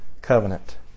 covenant